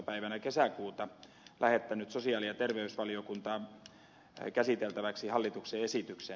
päivänä kesäkuuta lähettänyt sosiaali ja terveysvaliokuntaan käsiteltäväksi hallituksen esityksen